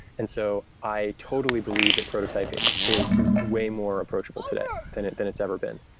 and so i totally believe that prototyping is way more approachable today than it's than it's ever been.